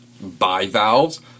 bivalves